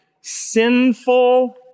sinful